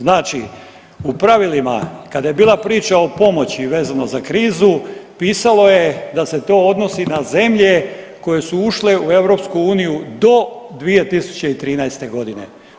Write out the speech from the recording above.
Znači, u pravilima kada je bila priča o pomoći vezano za krizu pisalo je da se to odnosi na zemlje koje su ušle u EU do 2013. godine.